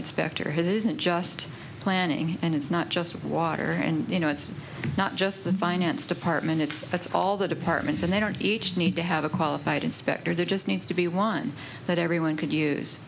inspector his it isn't just planning and it's not just water there and you know it's not just the finance department it's it's all the departments and they don't each need to have a qualified inspector there just needs to be one that everyone could use